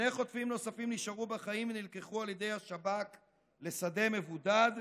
שני חוטפים נוספים נשארו בחיים ונלקחו על ידי השב"כ לשדה מבודד,